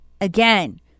again